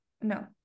No